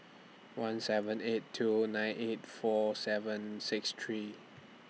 one seven eight two nine eight four seven six three